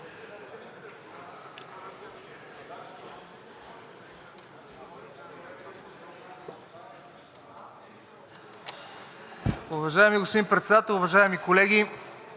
Уважаеми господин Председател, уважаеми колеги!